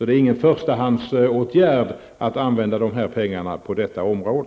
Det är inte en förstahandsåtgärd att använda pengarna på detta område.